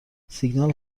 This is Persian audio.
سیگنال